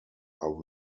are